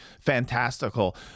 fantastical